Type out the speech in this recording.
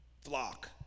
flock